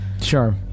Sure